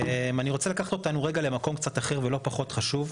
אני רוצה לקחת אותנו רגע למקום קצת אחר ולא פחות חשוב,